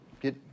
get